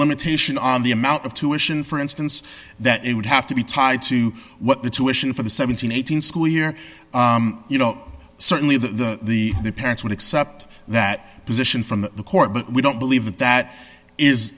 limitation on the amount of tuition for instance that it would have to be tied to what the tuition for the seven thousand eight hundred school year you know certainly the the the parents will accept that position from the court but we don't believe that that is